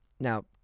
now